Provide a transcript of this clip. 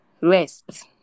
rest